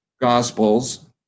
Gospels